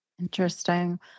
Interesting